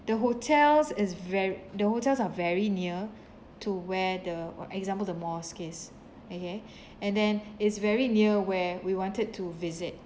the hotels is very the hotels are very near to where the wha~ example damascus okay and then it is very near where we wanted to visit